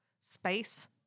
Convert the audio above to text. space